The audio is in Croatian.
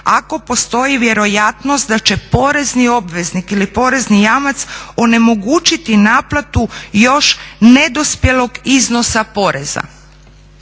ako postoji vjerojatnost da će porezni obveznik ili porezni jamac onemogućiti naplatu još nedospjelog iznosa poreza.